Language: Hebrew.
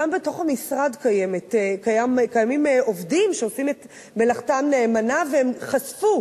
גם בתוך המשרד קיימים עובדים שעושים את מלאכתם נאמנה והם חשפו.